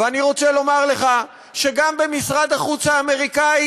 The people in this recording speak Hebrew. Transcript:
ואני רוצה לומר לך שגם במשרד החוץ האמריקני